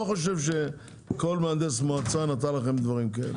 לא חושב שכל מהנדס מועצה נתן לכם דברים כאלה.